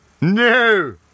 no